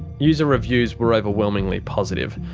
user reviews were overwhelmingly positive.